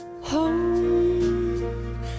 Home